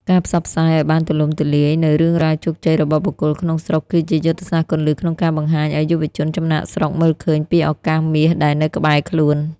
ការផ្សព្វផ្សាយឱ្យបានទូលំទូលាយនូវរឿងរ៉ាវជោគជ័យរបស់បុគ្គលក្នុងស្រុក គឺជាយុទ្ធសាស្ត្រគន្លឹះក្នុងការបង្ហាញឱ្យយុវជនចំណាកស្រុកមើលឃើញពីឱកាសមាសដែលនៅក្បែរខ្លួន។